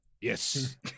Yes